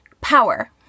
power